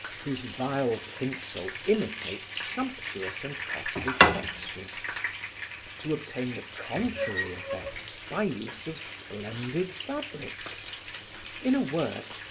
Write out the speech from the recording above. whose vile tinsel imitates sumptuous and costly textures to obtain the contrary effect by use of splendid fabrics in a word,